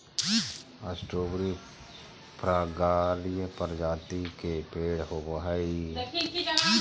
strawberry फ्रगार्य प्रजाति के पेड़ होव हई